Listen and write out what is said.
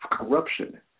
Corruption